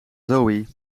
zoë